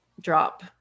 drop